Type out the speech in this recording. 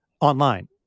online